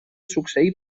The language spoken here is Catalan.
succeir